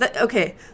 okay